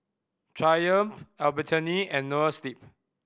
Triumph Albertini and Noa Sleep